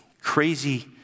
crazy